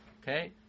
Okay